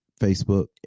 Facebook